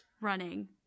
running